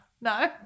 No